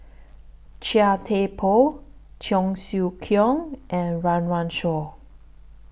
Chia Thye Poh Cheong Siew Keong and Run Run Shaw